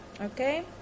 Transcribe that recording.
Okay